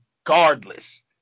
Regardless